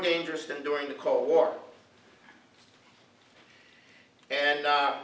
dangerous than during the cold war and